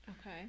Okay